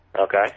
Okay